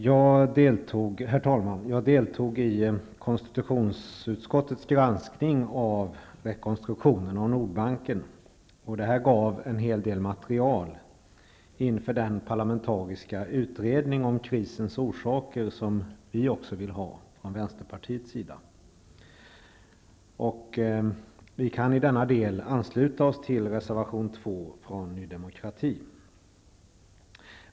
Herr talman! Jag deltog i konstitutionsutskottets granskning av rekonstruktionen av Nordbanken, och det gav en hel del material inför den parlamentariska utredning om krisens orsaker som också vi i Vänsterpartiet vill ha. I denna del kan vi ansluta oss till reservation 2 från Ny demokrati.